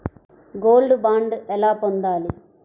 Gold bond ఎలా పొందాలి?